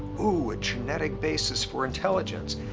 ooh! a genetic basis for intelligence!